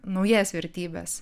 naujas vertybes